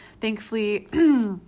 thankfully